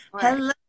Hello